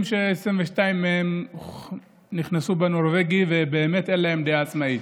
ש-22 מהם נכנסו בנורבגי ובאמת אין להם דעה עצמאית.